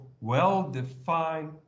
well-defined